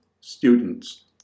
students